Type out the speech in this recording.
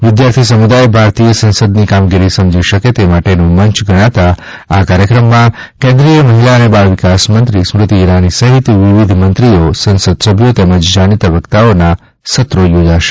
વિદ્યાર્થી સમુદાય ભારતીય સંસદની કામગીરી સમજી શકે તે માટેનું મંચ ગણાતા આ કાર્યક્રમમાં કેન્દ્રીય મહિલા અને બાળ વિકાસ મંત્રી સ્મૃતિ ઇરાની સહિત વિવિધ મંત્રીઓ સંસદ સભ્યો તેમજ જાણીતા વક્તાઓના સત્રો યોજાશે